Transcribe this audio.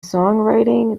songwriting